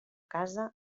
casa